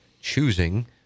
choosing